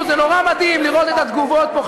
נורא מדהים לראות את התגובות פה,